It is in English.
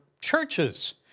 churches